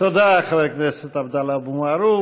תודה לחבר הכנסת עבדאללה אבו מערוף.